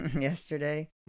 yesterday